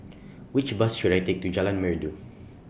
Which Bus should I Take to Jalan Merdu